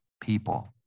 people